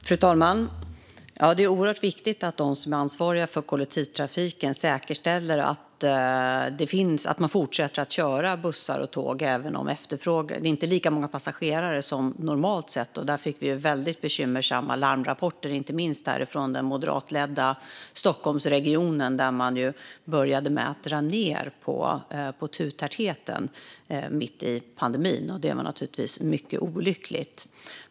Fru talman! Det är oerhört viktigt att de som är ansvariga för kollektivtrafiken säkerställer att de fortsätter att köra bussar och tåg även om det inte är lika många passagerare som det är normalt sett. Vi fick väldigt bekymmersamma larmrapporter om detta, inte minst från den moderatledda Stockholmsregionen där man började med att dra ned på turtätheten mitt i pandemin. Det var naturligtvis mycket olyckligt.